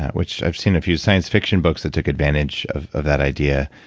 which i've seen a few science fiction books that took advantage of of that idea,